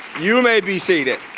you may be seated.